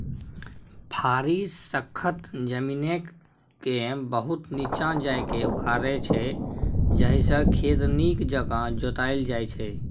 फारी सक्खत जमीनकेँ बहुत नीच्चाँ जाकए उखारै छै जाहिसँ खेत नीक जकाँ जोताएल जाइ छै